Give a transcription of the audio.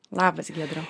labas giedriau